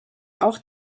auch